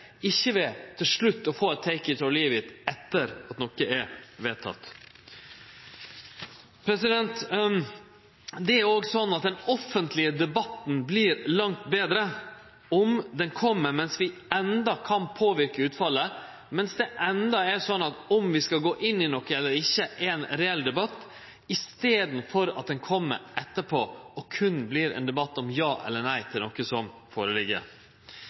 ikkje ved til slutt å få eit take-it-or-leave-it etter at noko er vedteke. Det er òg slik at den offentlege debatten vert langt betre om han kjem mens vi endå kan påverke utfallet, mens det endå er slik at om vi skal gå inn i noko eller ikkje, er ein reell debatt – i staden for at han kjem etterpå og berre vert ein debatt om ja eller nei til noko som